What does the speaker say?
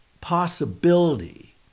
possibility